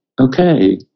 okay